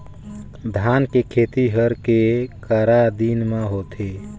धान के खेती हर के करा दिन म होथे?